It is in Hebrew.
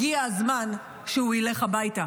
הגיע הזמן שהוא ילך הביתה.